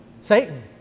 Satan